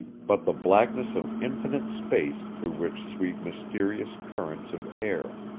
but the blackness of infinite space through which sweep mysterious currents of air.